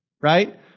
right